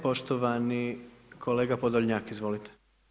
Poštovani kolega Podolnjak, izvolite.